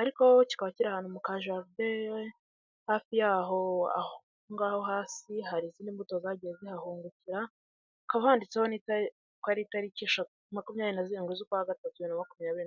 ariko kikaba kiri ahantu mu ka jardin, hafi yaho aho ngaho hari izindi mbuto zagiye zihahungukira, hakaba handitseho ko ari itariki eshatu, makumyabiri na zirindwi z'ukwa gatatu, bibiri na makumyabiri.